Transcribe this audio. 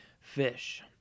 fish